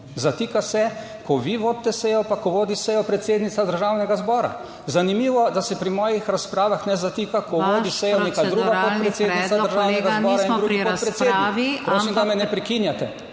zatika se, ko vi vodite sejo pa ko vodi sejo predsednica Državnega zbora. Zanimivo, da se pri mojih razpravah ne zatika, ko vodi sejo neka druga predsednica Državnega zbora in tudi podpredsednik... Prosim, da me ne prekinjate...